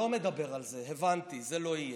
אני לא מדבר על זה, הבנתי, זה לא יהיה.